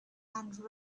and